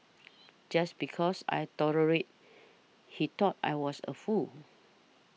just because I tolerated he thought I was a fool